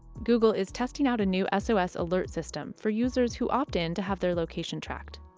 google is testing out a new s o s alert system for users who opt in to have their location tracked.